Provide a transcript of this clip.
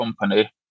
company